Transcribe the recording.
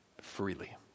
freely